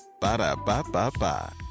Ba-da-ba-ba-ba